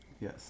Yes